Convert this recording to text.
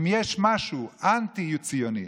אם יש משהו אנטי-ציוני,